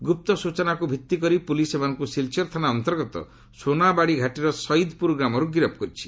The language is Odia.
ଗୁପ୍ତ ସୁଚନାକୁ ଭିତ୍ତିକରି ପୁଲିସ୍ ସେମାନଙ୍କୁ ସିଲ୍ଚର ଥାନା ଅନ୍ତର୍ଗତ ସୋନାବାରି ଘାଟିର ସଇଦପୁର ଗ୍ରାମରୁ ଗିରଫ କରିଛି